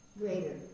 Greater